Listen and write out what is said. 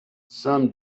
some